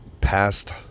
past